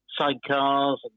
sidecars